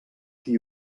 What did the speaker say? qui